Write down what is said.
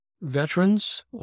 veterans